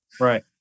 right